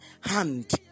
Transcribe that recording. hand